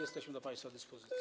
Jesteśmy do państwa dyspozycji.